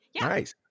nice